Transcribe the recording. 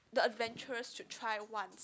the Adventurous should try once